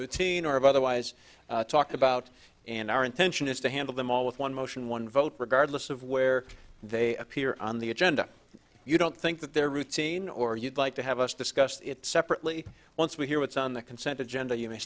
routine or otherwise talked about in our intention is to handle them all with one motion one vote regardless of where they appear on the agenda you don't think that they're routine or you'd like to have us discuss it separately once we hear what's on the consent agenda you may